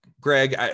Greg